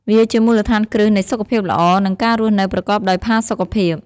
វាជាមូលដ្ឋានគ្រឹះនៃសុខភាពល្អ និងការរស់នៅប្រកបដោយផាសុខភាព។